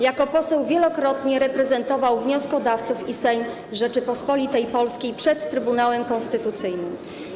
Jako poseł wielokrotnie reprezentował wnioskodawców i Sejm Rzeczypospolitej Polskiej przed Trybunałem Konstytucyjnym.